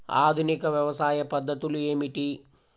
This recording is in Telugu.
ఆధునిక వ్యవసాయ పద్ధతులు ఏమిటి?